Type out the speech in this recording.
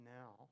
now